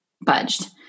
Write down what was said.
budged